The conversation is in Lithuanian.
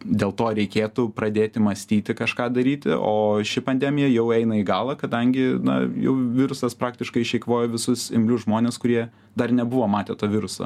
dėl to reikėtų pradėti mąstyti kažką daryti o ši pandemija jau eina į galą kadangi na jau virusas praktiškai išeikvojo visus imlius žmones kurie dar nebuvo matę to viruso